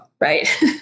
right